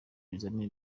ibizamini